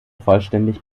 vollständig